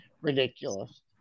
ridiculous